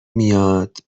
میاد